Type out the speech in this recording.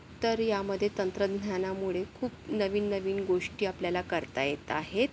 तर यामध्ये तंत्रज्ञानामुळे खूप नवीन नवीन गोष्टी आपल्याला करता येत आहेत